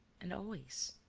and always.